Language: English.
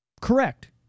Correct